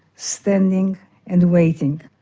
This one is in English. standing and waiting.